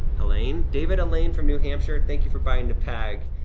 alleyene? david alleyene from new hampshire, thank you for buying the bag,